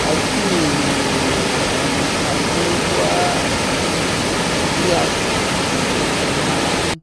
A kii yi, pambegua a ki a ki a cin poo naan